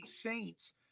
Saints